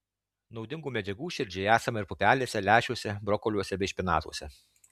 naudingų medžiagų širdžiai esama ir pupelėse lęšiuose brokoliuose bei špinatuose